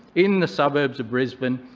in the suburbs of brisbane,